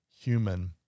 human